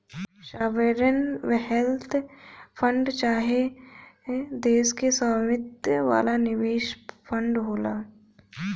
sovereign wealth fund राज्य चाहे देश के स्वामित्व वाला निवेश फंड होला